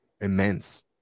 immense